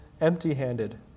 empty-handed